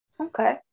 okay